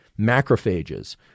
macrophages